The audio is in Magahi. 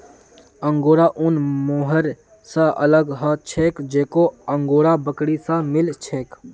अंगोरा ऊन मोहैर स अलग ह छेक जेको अंगोरा बकरी स मिल छेक